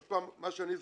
זה לפי מה שאני זוכר.